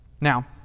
Now